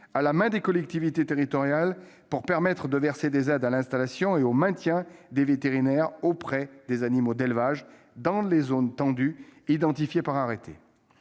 à la main des collectivités territoriales, pour leur permettre de verser des aides à l'installation ou au maintien des vétérinaires auprès des animaux d'élevage dans les zones tendues, identifiées par arrêté.